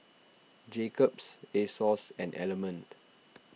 Jacob's Asos and Element